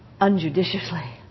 unjudiciously